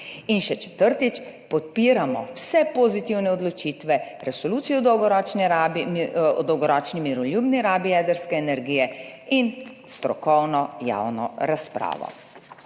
In še četrtič, podpiramo vse pozitivne odločitve, Resolucijo o dolgoročni miroljubni rabi jedrske energije in strokovno javno razpravo.